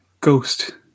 ghost